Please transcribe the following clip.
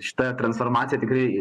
šita transformacija tikrai